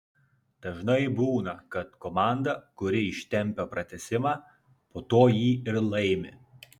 dažnai būna kad komanda kuri ištempią pratęsimą po to jį ir laimi